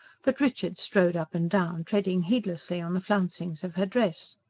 but richard strode up and down, treading heedlessly on the flouncings of her dress.